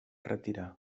retirar